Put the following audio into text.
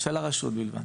של הרשות, בדיוק.